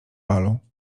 balu